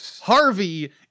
Harvey